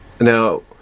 now